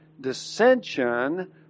dissension